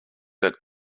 that